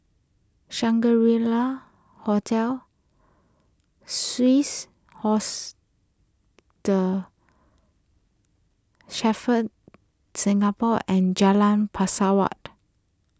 Shangri La Hotel Swiss the Singapore and Jalan Pesawat